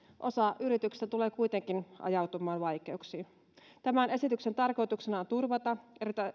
osa yrityksistä tulee kuitenkin ajautumaan vaikeuksiin tämän esityksen tarkoituksena on turvata